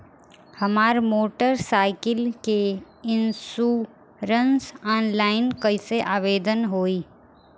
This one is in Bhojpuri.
हमार मोटर साइकिल के इन्शुरन्सऑनलाइन कईसे आवेदन होई?